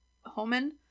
Homan